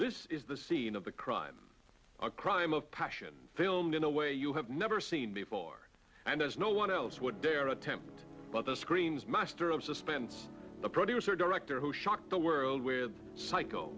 fish is the scene of the crime a crime of passion filmed in a way you have never seen before and there's no one else would dare attempt well the screams master of suspense a producer director who shocked the world with psycho